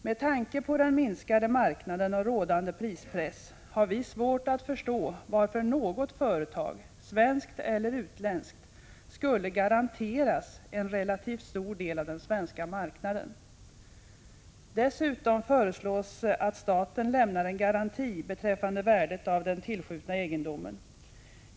Med tanke på den minskade marknaden och rådande prispress har vi svårt att förstå varför något företag — svenskt eller utländskt — skulle garanteras en relativt stor del av den svenska marknaden. Dessutom föreslås att staten lämnar en garanti beträffande värdet av den tillskjutna egendomen.